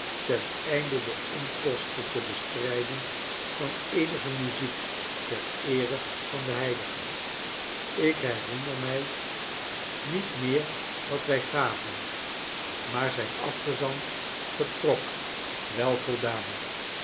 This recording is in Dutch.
ten einde de onkosten te bestrijden van eenige muziek ter eere van den heilige ik herinner mij niet meer wat wy gaven maar zijn afgezant vertrok wel voldaan